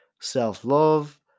self-love